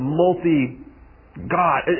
multi-God